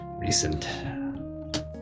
recent